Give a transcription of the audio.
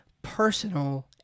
Personal